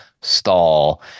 stall